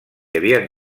havien